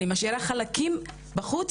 אני משאירה חלקים בחוץ,